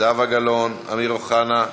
זהבה גלאון, אמיר אוחנה,